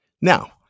Now